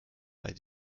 weil